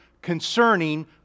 concerning